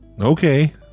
Okay